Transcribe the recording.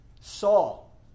Saul